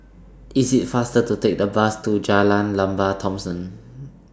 IT IS faster to Take The Bus to Jalan Lembah Thomson